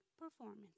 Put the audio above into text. performance